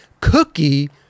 Cookie